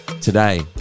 today